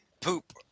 poop